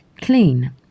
clean